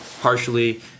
partially